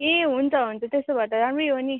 ए हुन्छ हुन्छ त्यसो भए त राम्रै हो नि